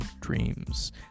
dreams